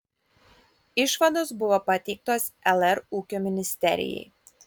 išvados buvo pateiktos lr ūkio ministerijai